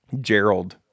Gerald